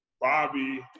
Bobby